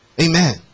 amen